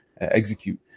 execute